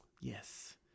yes